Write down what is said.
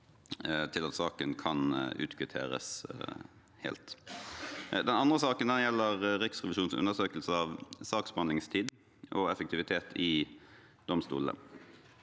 til at saken kan utkvitteres helt. Den andre saken gjelder Riksrevisjonens undersøkelse av saksbehandlingstid og effektivitet i domstolene.